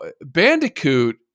Bandicoot